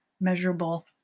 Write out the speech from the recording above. measurable